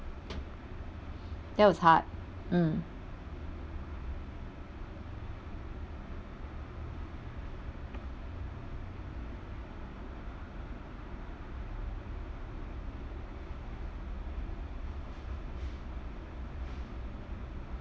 that was hard mm